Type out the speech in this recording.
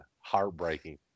heartbreaking